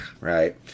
right